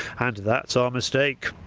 and that's our mistake.